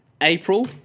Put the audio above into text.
April